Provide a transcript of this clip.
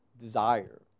desire